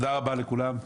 תודה רבה לכולם,